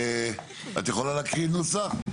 את יכולה להקריא נוסח?